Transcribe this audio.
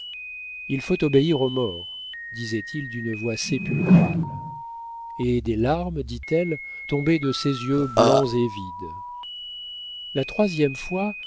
il faut obéir aux morts disait-il d'une voix sépulcrale et des larmes dit-elle tombaient de ses yeux blancs et vides la troisième fois